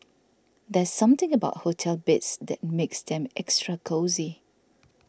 there's something about hotel beds that makes them extra cosy